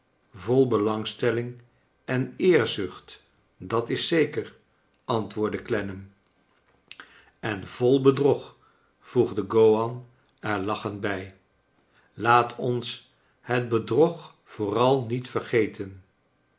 vol belangstelling en eerzucht dat is zeker antwoordde clennam en vol bedrog voegde gowan er lachend bij laat ons het bedrog vooral niet vexgeten